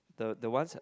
the the one had